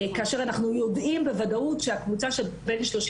כאשר אנחנו יודעים בוודאות שהקבוצה של גילאי